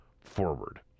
forward